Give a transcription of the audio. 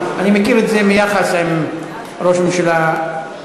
אני מכיר את זה מיחס עם ראש ממשלה בעבר,